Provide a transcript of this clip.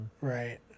Right